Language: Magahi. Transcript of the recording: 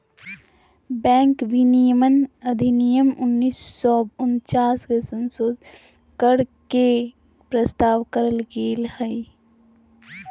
बैंक विनियमन अधिनियम उन्नीस सौ उनचास के संशोधित कर के के प्रस्ताव कइल गेलय